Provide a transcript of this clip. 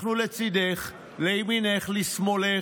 אנחנו לצידך, לימינך, לשמאלך.